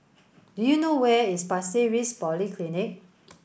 do you know where is Pasir Ris Polyclinic